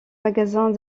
magasins